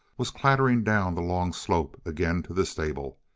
was clattering down the long slope again to the stable.